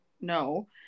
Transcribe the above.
no